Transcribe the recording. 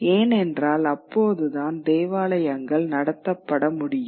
ஏனென்றால் அப்போதுதான் தேவாலயங்கள் நடத்தப்பட முடியும்